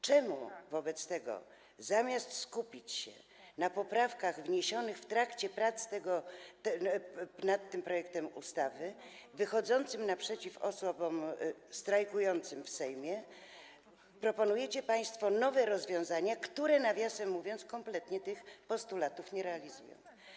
Czemu wobec tego zamiast skupić się na poprawkach wniesionych w trakcie prac nad tym projektem ustawy, wychodzącym naprzeciw osobom strajkującym w Sejmie, proponujecie państwo nowe rozwiązania, które, nawiasem mówiąc, kompletnie tych postulatów nie realizują?